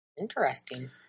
Interesting